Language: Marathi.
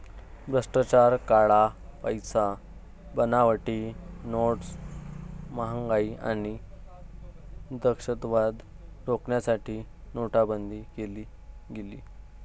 भ्रष्टाचार, काळा पैसा, बनावटी नोट्स, महागाई आणि दहशतवाद रोखण्यासाठी नोटाबंदी केली गेली